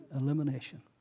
elimination